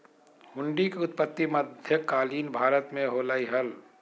हुंडी के उत्पत्ति मध्य कालीन भारत मे होलय हल